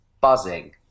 buzzing